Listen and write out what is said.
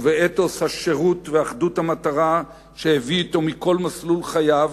ובאתוס השירות ואחדות המטרה שהביא אתו מכל מסלול חייו,